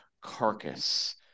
carcass